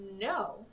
no